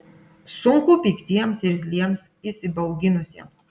sunku piktiems irzliems įsibauginusiems